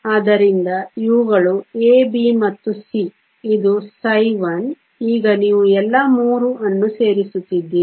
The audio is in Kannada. ಆದ್ದರಿಂದ ಇವುಗಳು ಎ ಬಿ ಮತ್ತು ಸಿ ಇದು ψ1 ಈಗ ನೀವು ಎಲ್ಲಾ 3 ಅನ್ನು ಸೇರಿಸುತ್ತಿದ್ದೀರಿ